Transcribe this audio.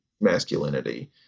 masculinity